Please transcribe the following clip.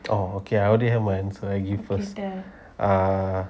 oh okay I already have my answer I give first ah